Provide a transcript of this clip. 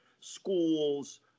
schools